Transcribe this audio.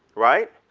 right?